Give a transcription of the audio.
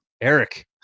Eric